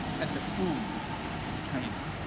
and the food is tiny.